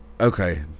okay